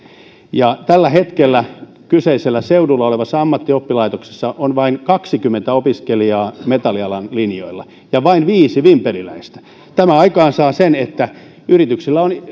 ja tällä hetkellä kyseisellä seudulla olevassa ammattioppilaitoksessa on vain kaksikymmentä opiskelijaa metallialan linjoilla ja vain viisi vimpeliläistä tämä aikaansaa sen että yrityksillä on